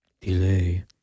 delay